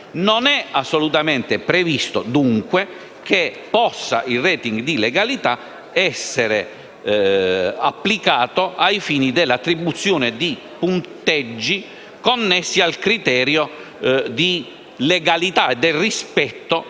dunque assolutamente previsto che il *rating* di legalità possa essere applicato ai fini dell'attribuzione di punteggi connessi al criterio di legalità e al rispetto